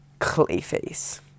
Clayface